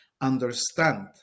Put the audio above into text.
understand